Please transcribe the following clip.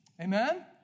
Amen